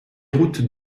route